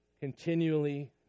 Continually